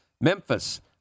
Memphis